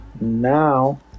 now